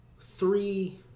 three